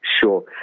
sure